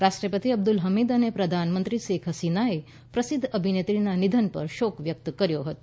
રાષ્ટ્રપતિ અબ્દુલ હમીદ અને પ્રધાનમંત્રી શેખ હસીનાએ પ્રસિધ્ધ અભિનેત્રીના નિધન પર શોક વ્યક્ત કર્યો હતો